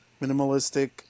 minimalistic